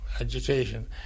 agitation